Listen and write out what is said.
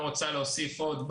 לא רוצה להוסיף עוד,